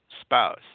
spouse